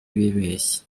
bibeshya